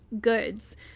goods